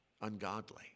ungodly